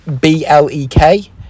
B-L-E-K